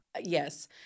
Yes